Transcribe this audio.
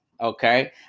Okay